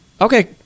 Okay